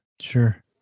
Sure